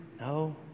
No